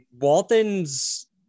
Walton's